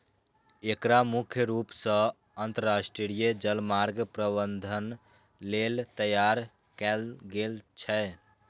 एकरा मुख्य रूप सं अंतरराष्ट्रीय जलमार्ग प्रबंधन लेल तैयार कैल गेल छै